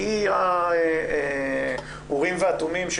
כי היא האורים והתומים,